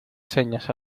señas